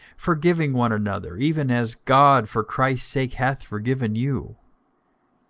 forgiving one another, even as god for christ's sake hath forgiven you.